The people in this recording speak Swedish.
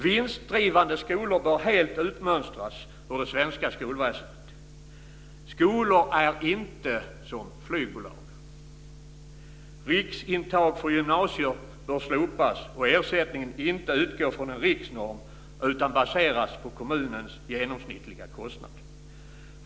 Vinstdrivande skolor bör helt utmönstras ur det svenska skolväsendet. Skolor är inte som flygbolag. Riksintag för gymnasieskolor bör slopas och ersättningen inte utgå från en riksnorm utan baseras på kommunens genomsnittliga kostnad.